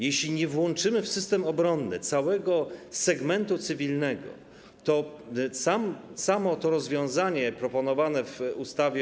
Jeśli nie włączymy w system obronny całego segmentu cywilnego, to samo to rozwiązanie proponowane w ustawie o